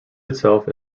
itself